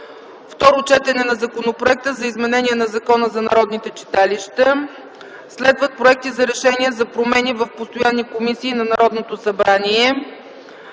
Второ четене на Законопроекта за изменение на Закона за народните читалища. Следват проекти за решения за промени в постоянните комисии на Народното събрание.